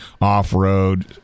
off-road